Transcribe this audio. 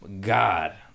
god